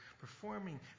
performing